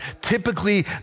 typically